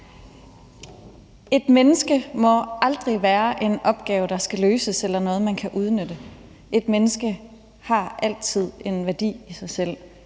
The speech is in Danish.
Et menneske må aldrig være en opgave, der skal løses, eller noget, man kan udnytte. Et menneske har altid en værdi i sig selv.